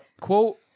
quote